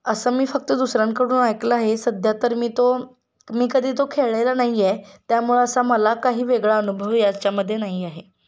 असं मी फक्त दुसऱ्यांकडून ऐकलं आहे सध्या तर मी तो मी कधी तो खेळलेला नाही आहे त्यामुळं असा मला काही वेगळा अनुभव याच्यामध्ये नाही आहे